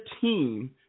team